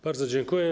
Bardzo dziękuję.